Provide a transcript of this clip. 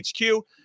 HQ